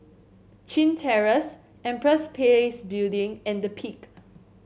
Chin Terrace Empress Place Building and The Peak